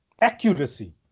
accuracy